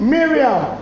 Miriam